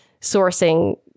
sourcing